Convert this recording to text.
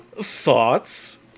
thoughts